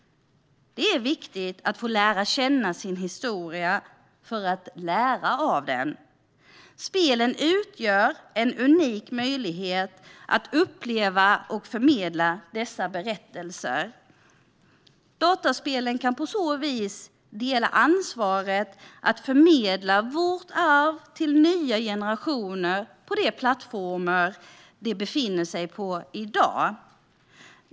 Det är viktigt att få lära känna sin historia för att lära av den. Spelen utgör en unik möjlighet att uppleva och förmedla dessa berättelser. Dataspelen kan på så vis dela ansvaret att förmedla vårt arv till nya generationer på de plattformar de befinner sig på i dag.